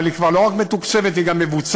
אבל היא לא רק מתוקצבת, היא גם מבוצעת.